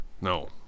No